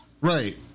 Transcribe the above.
right